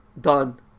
done